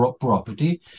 property